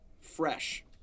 fresh